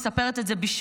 אני מספרת את זה בשמך,